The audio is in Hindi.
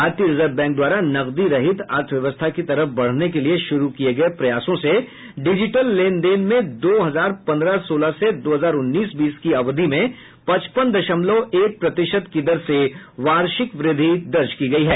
भारतीय रिजर्व बैंक द्वारा नकदी रहित अर्थव्यवस्था की तरफ बढ़ने के लिए शुरू किए गए प्रयासों से डिजिटल लेन देन में दो हजार पन्द्रह सोलह से दो हजार उन्नीस बीस की अवधि में पचपन दशमलव एक प्रतिशत की दर से वार्षिक वृद्धि दर्ज की गई है